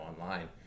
online